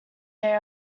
their